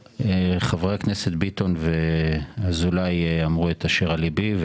חברי הכנסת ביטון ואזולאי אמרו את אשר על ליבי,